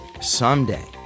someday